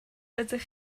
ydych